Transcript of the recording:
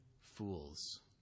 fools